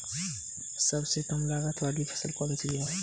सबसे कम लागत वाली फसल कौन सी है?